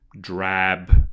drab